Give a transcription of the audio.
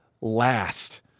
last